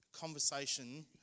conversation